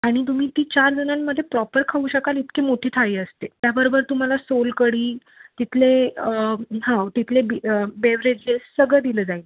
आणि तुम्ही ती चार जणांमध्ये प्रॉपर खाऊ शकाल इतकी मोठी थाळी असते त्याबरोबर तुम्हाला सोलकढी तिथले हाव तिथले बी बेव्हरेजेस सगळं दिलं जाईल